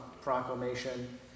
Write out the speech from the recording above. Proclamation